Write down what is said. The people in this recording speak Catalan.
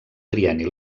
trienni